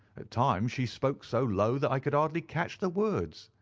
at times she spoke so low that i could hardly catch the words.